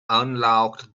unlocked